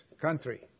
country